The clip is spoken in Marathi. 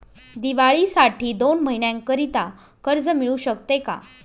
दिवाळीसाठी दोन महिन्याकरिता कर्ज मिळू शकते का?